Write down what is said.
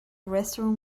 restaurant